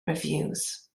reviews